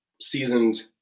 seasoned